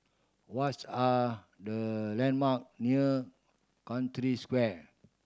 what are the landmark near Century Square